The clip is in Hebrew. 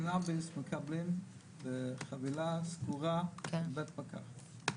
קנאביס מקבלים בחבילה סגורה בבית מרקחת,